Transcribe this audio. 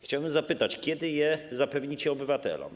Chciałbym zapytać, kiedy to zapewnicie obywatelom.